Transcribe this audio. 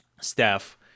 staff